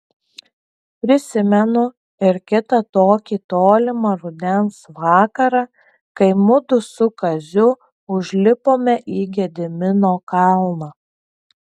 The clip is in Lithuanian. prisimenu ir kitą tokį tolimą rudens vakarą kai mudu su kaziu užlipome į gedimino kalną